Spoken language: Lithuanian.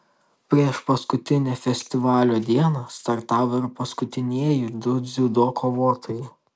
priešpaskutinę festivalio dieną startavo ir paskutinieji du dziudo kovotojai